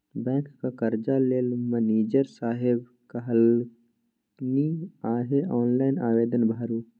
बैंकक कर्जा लेल मनिजर साहेब कहलनि अहॅँ ऑनलाइन आवेदन भरू